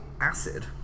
acid